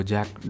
Jack